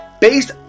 based